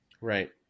right